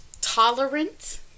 tolerant